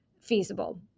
feasible